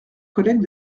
collègues